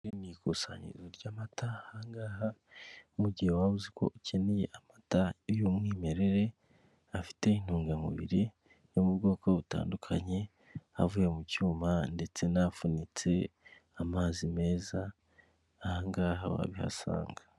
Iri ni ikusanyirizo ry'amata ,aha ngaha mu gihe waba uzi ko ukeneye amata y'umwimerere afite intungamubiri yo mu bwoko butandukanye avuye mu cyuma ndetse n'afunitse, amazi meza aha ngaha wabihasanga.